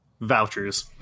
vouchers